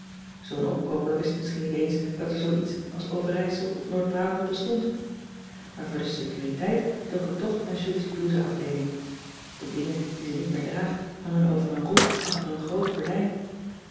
zoo'n opkooper wist misschien niet eens dat er zoo iets als overijsel of noord-brabant bestond maar voor de securiteit toog ik toch naar julie's blouseafdeeling de dingen die ze niet meer draagt hangen over een roe achter een groot gordijn